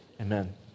Amen